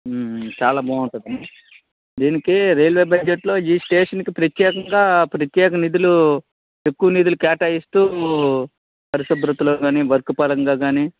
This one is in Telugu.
చాలా బాగుంటుందండి దీనికి రైల్వే బడ్జెట్ లో ఈ స్టేషన్ కి ప్రత్యేకంగా ప్రత్యేక నిధులు ఎక్కువ నిధులు కేటాయిస్తూ పరిశుభ్రతలో కాని వర్కు పరంగా కానీ